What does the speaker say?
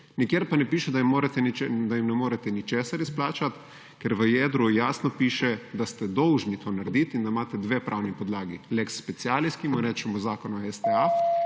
nikjer pa ne piše, da jim ne morete ničesar izplačati, ker v jedru jasno piše, da ste dolžni to narediti in da imate dve pravni podlagi: lex specialis, ki mu rečemo Zakon o STA